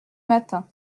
matin